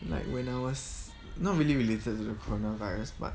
like when I was not really related to the coronavirus but